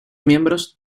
miembros